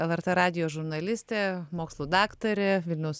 lrt radijo žurnalistė mokslų daktarė vilniaus